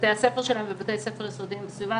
בבתי הספר שלהם ובבתי ספר יסודיים בסביבה.